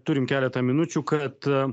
turim keletą minučių kad